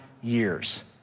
years